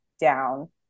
Down